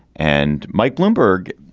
and mike bloomberg,